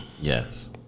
Yes